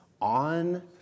on